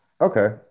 Okay